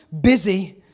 Busy